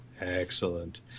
Excellent